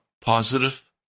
positive